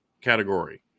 category